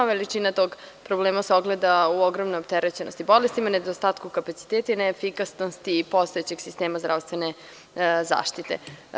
Veličina tog problema se ogleda u ogromnoj opterećenosti bolestima, nedostatku kapaciteta i neefikasnosti postojećeg sistema zdravstvene zaštite.